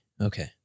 okay